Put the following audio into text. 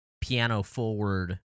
piano-forward